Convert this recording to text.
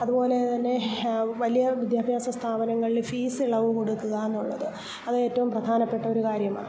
അതുപോലെതന്നെ വലിയ വിദ്യാഭ്യാസ സ്ഥാപനങ്ങളില് ഫീസ് ഇളവ് കൊടുക്കുകയെന്നുള്ളത് അതേറ്റവും പ്രധാനപ്പെട്ട ഒരു കാര്യമാണ്